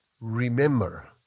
remember